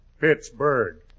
Pittsburgh